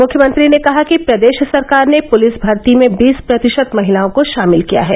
मुख्यमंत्री ने कहा कि प्रदेश सरकार ने पुलिस भर्ती में बीस प्रतिशत महिलाओं को शामिल किया है